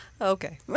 Okay